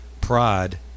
Pride